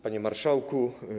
Panie Marszałku!